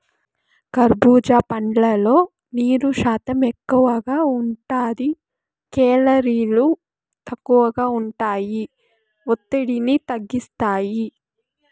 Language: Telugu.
కర్భూజా పండ్లల్లో నీరు శాతం ఎక్కువగా ఉంటాది, కేలరీలు తక్కువగా ఉంటాయి, ఒత్తిడిని తగ్గిస్తాయి